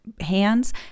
Hands